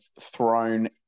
thrown